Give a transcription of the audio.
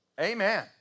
Amen